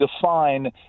define